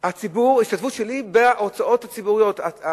שלי בהוצאות הציבוריות.